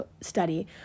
study